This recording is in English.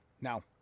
Now